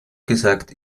gesagt